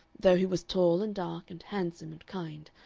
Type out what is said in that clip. though he was tall and dark and handsome and kind,